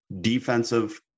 defensive